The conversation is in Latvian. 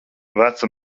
veca